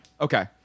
Okay